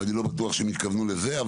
ואני לא בטוח שהם התכוונו לזה.